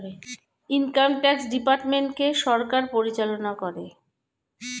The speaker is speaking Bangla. ইনকাম ট্যাক্স ডিপার্টমেন্টকে সরকার পরিচালনা করে